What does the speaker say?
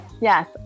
Yes